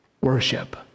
worship